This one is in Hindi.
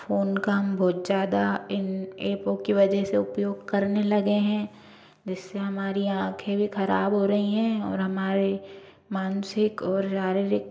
फ़ोन का हम बहुत ज़्यादा इन एपों की वजह से उपयोग करने लगे हैं जिस से हमारी आँखें भी ख़राब हो रहीं हैं और हमारे मानसिक और शारीरिक